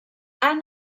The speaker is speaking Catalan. han